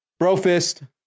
Brofist